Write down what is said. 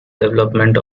development